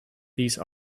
these